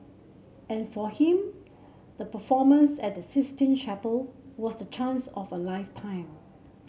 and for him the performance at the Sistine Chapel was the chance of a lifetime